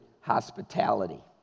hospitality